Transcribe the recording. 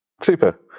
Super